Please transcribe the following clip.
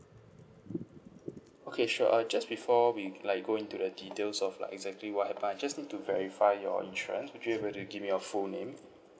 okay sure uh just before we like go into the details of like exactly what happened I just need to verify your insurance would you able to give me your full name